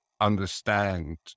understand